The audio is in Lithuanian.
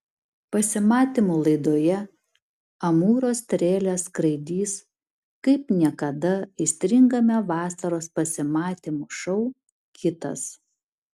pasimatymų laidoje amūro strėlės skraidys kaip niekada aistringame vasaros pasimatymų šou kitas